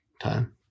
time